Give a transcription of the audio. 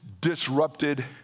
disrupted